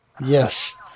Yes